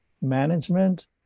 management